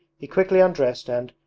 he quickly undressed and,